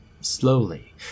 Slowly